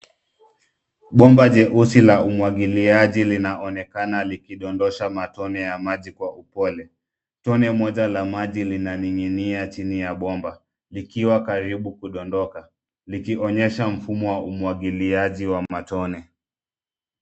Bomba jeusi la umwagiliaji linaonekana likiwa linadondosha matone ya maji kwa upole. Tone moja la maji linaning'inia chini ya bomba likiwa karibu kudondoka, likionyesha mfumo wa umwagiliaji wa matone.